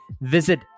Visit